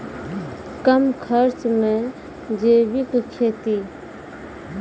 कम खर्च मे जैविक खेती?